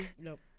Nope